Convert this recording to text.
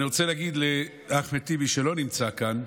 אני רוצה להגיד לאחמד טיבי, שלא נמצא כאן: